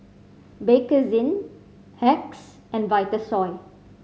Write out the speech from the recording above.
Bakerzin Hacks and Vitasoy